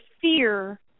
fear